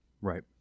Right